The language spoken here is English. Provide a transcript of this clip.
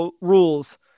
rules